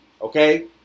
okay